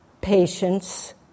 patience